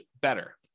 better